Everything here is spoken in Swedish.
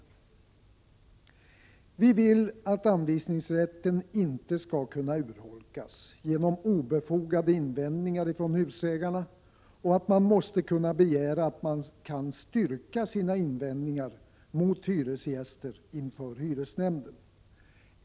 ES AST AM SN Vi vill att anvisningsrätten inte skall kunna urholkas genom obefogade invändningar från husägarna och att man måste kunna begära att de kan styrka sina invändningar mot hyresgäster inför hyresnämnden.